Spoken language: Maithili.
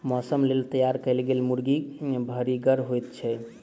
मौसक लेल तैयार कयल गेल मुर्गी भरिगर होइत छै